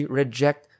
reject